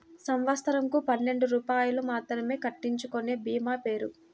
సంవత్సరంకు పన్నెండు రూపాయలు మాత్రమే కట్టించుకొనే భీమా పేరు?